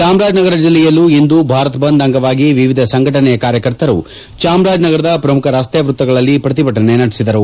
ಚಾಮರಾಜನಗರ ಜಿಲ್ಲೆಯಲ್ಲೂ ಇಂದು ಭಾರತ್ ಬಂದ್ ಅಂಗವಾಗಿ ವಿವಿಧ ಸಂಘಟನೆಯ ಕಾರ್ಯಕರ್ತರು ಚಾಮರಾಜನಗರದ ಪ್ರಮುಖ ರಸ್ತೆ ವೃತ್ತಗಳಲ್ಲಿ ಪ್ರತಿಭಟನೆ ನಡೆಸಿದರು